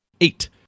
eight